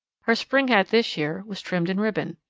her spring hat this year was trimmed in ribbon.